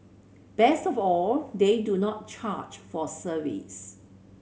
best of all they do not charge for service